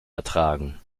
ertragen